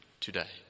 today